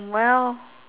well